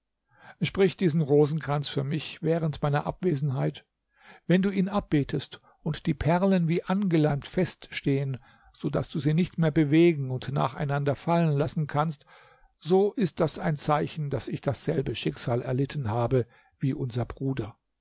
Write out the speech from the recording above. sprich diesen rosenkranz für mich während meiner abwesenheit wenn du ihn abbetest und die perlen wie angeleimt feststehen so daß du sie nicht mehr bewegen und nacheinander fallen lassen kannst so ist das ein zeichen daß ich dasselbe schicksal erlitten habe wie unser bruder